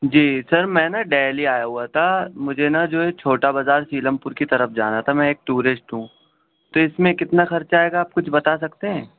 جی sir میں نا دہلی آیا ہوا تھا مجھے نا جو ہے چھوٹا بازار سیلم پور کی طرف جانا تھا میں ایک ٹورسٹ ہوں تو اس میں کتنا خرچہ آئے گا آپ کچھ بتا سکتے ہیں